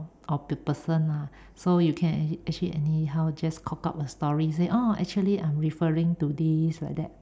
or the person lah so you can actually anyhow just cock up a story say oh actually I'm referring to this like that